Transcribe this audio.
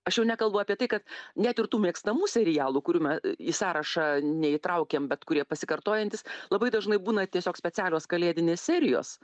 aš jau nekalbu apie tai kad net ir tų mėgstamų serialų kurių į sąrašą neįtraukiam bet kurie pasikartojantys labai dažnai būna tiesiog specialios kalėdinės serijos